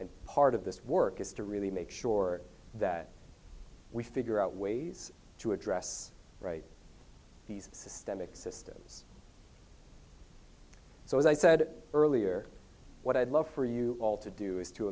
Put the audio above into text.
and part of this work is to really make sure that we figure out ways to address these systemic systems so as i said earlier what i'd love for you all to do is to